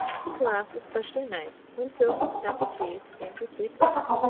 this last is specially nice when filled with snappy cheese creamed with sweet butter.